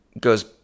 goes